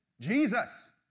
Jesus